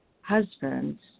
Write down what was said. husband's